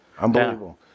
unbelievable